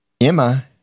Emma